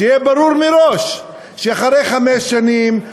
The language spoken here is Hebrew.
שיהיה ברור מראש שאחרי חמש שנים,